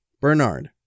Bernard